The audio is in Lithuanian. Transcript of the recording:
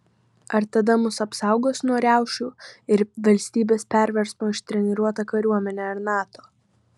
ar tada mus apsaugos nuo riaušių ir valstybės perversmo ištreniruota kariuomenė ar nato